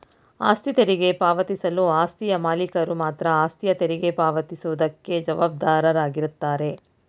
ಆಸ್ತಿ ತೆರಿಗೆ ಪಾವತಿಸಲು ಆಸ್ತಿಯ ಮಾಲೀಕರು ಮಾತ್ರ ಆಸ್ತಿಯ ತೆರಿಗೆ ಪಾವತಿ ಸುವುದಕ್ಕೆ ಜವಾಬ್ದಾರಾಗಿರುತ್ತಾರೆ